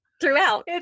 throughout